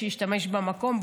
הוא השתמש במקום,